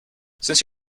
since